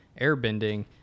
airbending